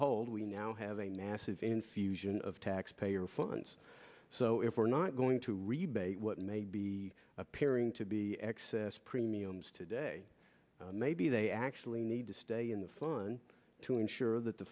behold we now have a massive infusion of taxpayer funds so if we're not going to rebate what may be appearing to be excess premiums today maybe they actually need to stay in the sun to ensure that the